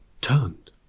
turned